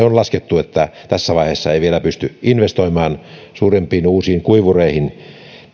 on laskettu että tässä vaiheessa ei vielä pysty investoimaan uusiin suurempiin kuivureihin